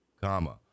comma